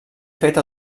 fet